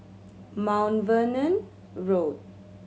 Mount Vernon Road